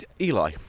Eli